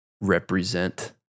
represent